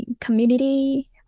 community